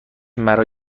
مرا